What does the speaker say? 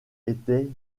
était